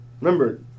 remember